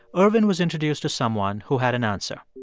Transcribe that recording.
ervin was introduced to someone who had an answer.